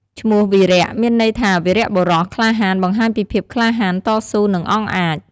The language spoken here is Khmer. ឈ្មោះវីរៈ មានន័យថាវីរបុរស ក្លាហាន បង្ហាញពីភាពក្លាហាន តស៊ូ និង អង់អាច។